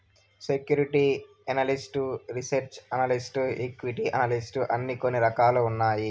security analyst research analyst equity analyst అని కొన్ని రకాలు ఉన్నాయి